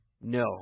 no